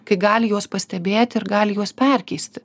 kai gali juos pastebėti ir gali juos perkeisti